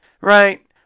right